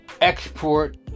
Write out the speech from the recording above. export